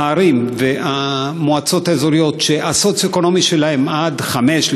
בערים ובמועצות האזוריות שהמדד הסוציו-אקונומי שלהן עד 5,